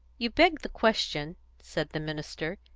you beg the question, said the minister,